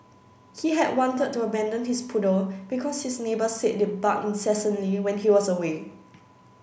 he had wanted to abandon his poodle because his neighbours said it barked incessantly when he was away